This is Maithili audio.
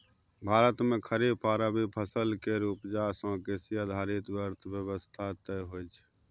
भारत मे खरीफ आ रबी फसल केर उपजा सँ कृषि आधारित अर्थव्यवस्था तय होइ छै